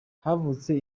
havutse